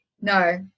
No